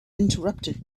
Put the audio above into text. interrupted